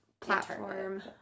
platform